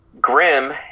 Grim